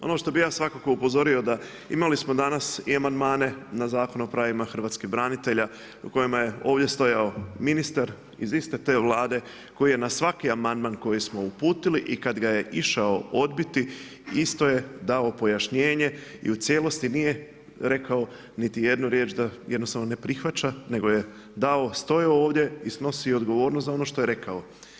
Ono što bih ja svakako upozorio da imali smo danas i amandmane na Zakon o pravima hrvatskih branitelja u kojima je ovdje stajao ministar iz iste te Vlade koji je na svaki amandman koji smo uputili i kad ga je išao odbiti, isto je dao pojašnjenje i u cijelosti nije rekao niti jednu riječ da jednostavno ne prihvaća nego je stajao ovdje i snosio odgovornost za ono što je rekao.